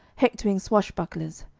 hectoring swashbucklers.